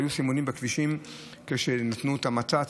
היו הסימונים בכבישים כשנתנו את הנת"צ